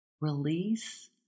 release